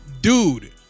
dude